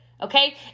okay